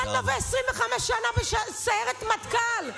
25 שנה בסיירת מטכ"ל,